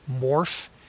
morph